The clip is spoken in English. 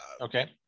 okay